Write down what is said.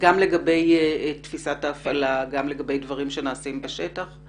גם גבי תפיסת ההפעלה וגם לגבי דברים שנעשים בשטח?